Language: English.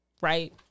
right